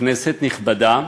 כנסת נכבדה,